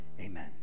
amen